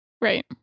Right